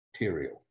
material